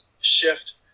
shift